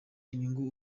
inyungu